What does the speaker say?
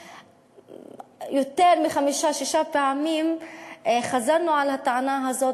ויותר מחמש-שש פעמים חזרנו על הטענה הזאת